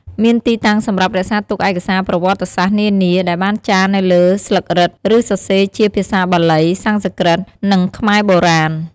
មានទីតាំងសម្រាប់រក្សាទុកឯកសារប្រវត្តិសាស្ត្រនានាដែលបានចារនៅលើស្លឹករឹត ឬសរសេរជាភាសាបាលី សំស្ក្រឹត និងខ្មែរបុរាណ។